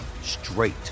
straight